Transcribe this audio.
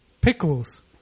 pickles